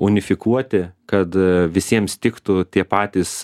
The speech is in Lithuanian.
unifikuoti kad visiems tiktų tie patys